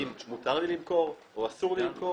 אם מותר לי למכור או אסור לי למכור,